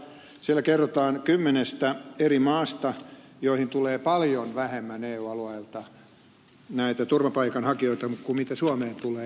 siellä kerrotaan kymmenestä eri maasta joihin tulee paljon vähemmän eu alueelta turvapaikanhakijoita kuin mitä suomeen tulee